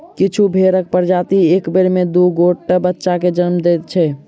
किछु भेंड़क प्रजाति एक बेर मे दू गोट बच्चा के जन्म दैत छै